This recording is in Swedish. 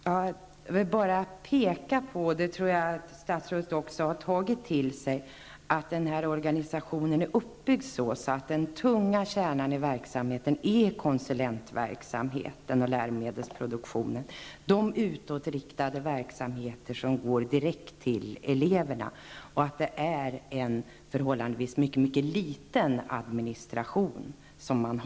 Herr talman! Jag vill bara peka på -- även om jag tror att statsrådet också har tagit det till sig -- att den här organisationen är uppbyggd så att den tunga kärnan i verksamheten utgörs av konsulentverksamheten och läromedelsproduktionen. Det är de utåtriktade verksamheterna som går direkt till eleverna. Man har en förhållandevis mycket liten administration i Härnösand.